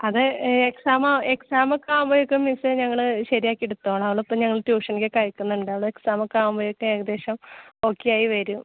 അത് എ എക്സാമോ എക്സാമൊക്കെ ആവുമ്പഴേക്കും മിസ്സേ ഞങ്ങൾ ശരിയാക്കിയെടുത്തോളാം അവളിപ്പോൾ ഞങ്ങൾ ട്യൂഷനിലേക്ക് അയക്കുന്നുണ്ട് അവൾ എക്സാമൊക്കെ ആവുമ്പഴേക്കും ഏകദേശം ഒക്കെയായി വരും